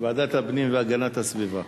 ועדת הפנים והגנת הסביבה.